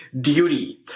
duty